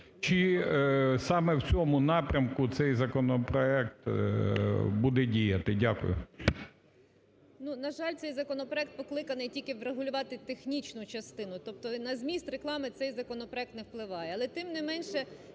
Чи саме в цьому напрямку цей законопроект буде діяти? Дякую. 12:57:54 КОНДРАТЮК О.К. Ну, на жаль, цей законопроект покликаний тільки врегулювати технічну частину, тобто на зміст реклами цей законопроект не впливає.